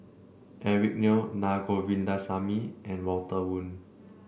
Eric Neo Naa Govindasamy and Walter Woon